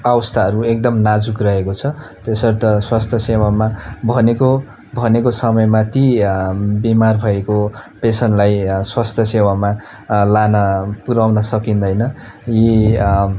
अवस्थाहरू एकदम नाजुक रहेको छ त्यसर्थ स्वास्थ्यसेवामा भनेको भनेको समयमा ती बिमार भएको पेसेन्टलाई स्वास्थ्यसेवामा लान पुर्याउन सकिँदैन यी